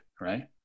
right